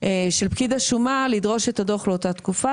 של פקיד השומה לדרוש את הדוח לאותה תקופה,